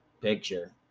picture